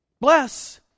bless